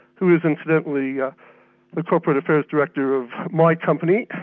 who is incidentally ah the corporate affairs director of my company,